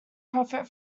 profit